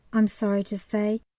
i'm sorry to say,